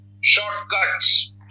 shortcuts